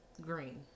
green